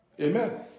Amen